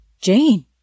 Jane